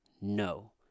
No